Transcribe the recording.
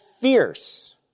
fierce